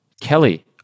Kelly